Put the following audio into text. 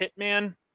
hitman